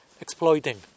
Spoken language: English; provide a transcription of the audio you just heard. exploiting